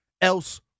else